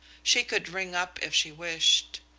she could ring up if she wished.